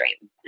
dream